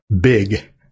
big